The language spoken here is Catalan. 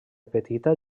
petita